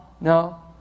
no